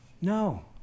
no